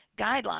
guidelines